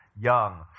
Young